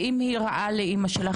ואם היא רעה לאימא שלך?